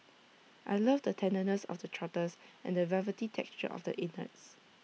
I love the tenderness of the trotters and the velvety texture of the innards